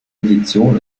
edition